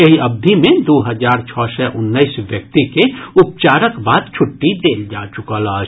एहि अवधि मे दू हजार छओ सय उन्नैस व्यक्ति के उपचारक बाद छुट्टी देल जा चुकल अछि